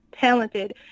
talented